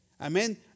Amen